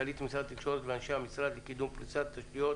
מנכ"לית משרד התקשורת ואנשי המשרד לקידום פריסת תשתיות